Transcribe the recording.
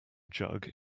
jug